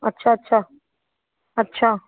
अच्छा अच्छा अच्छा